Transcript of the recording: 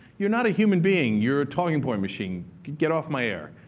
you're not a human being. you're a talking point machine. get off my air.